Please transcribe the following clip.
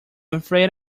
afraid